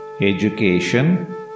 Education